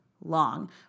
long